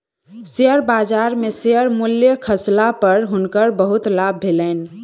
share बजार में share मूल्य खसला पर हुनकर बहुत लाभ भेलैन